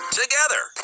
together